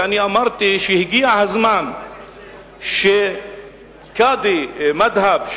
ואני אמרתי שהגיע הזמן שקאדי מד'הב,